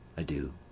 adieu!